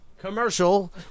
Commercial